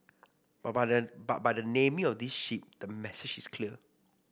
but by the but by the naming of this ship the message is clear